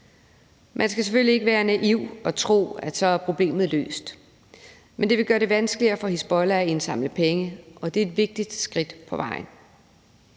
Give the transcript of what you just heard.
Man skal selvfølgelig ikke være naiv og tro, at så er problemet løst, men det vil gøre det vanskeligere for Hizbollah at indsamle penge, og det er et vigtigt skridt på vejen.